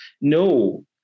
no